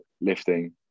lifting